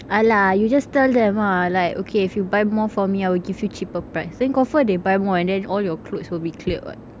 ah lah you just tell them ah like okay if you buy more from me then I will give you cheaper price then confirm they buy more and then all your clothes will be cleared [what]